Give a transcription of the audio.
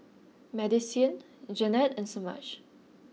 Madisyn Jannette and Semaj